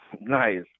Nice